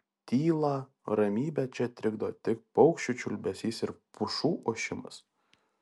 tylą ramybę čia trikdo tik paukščių čiulbesys ir pušų ošimas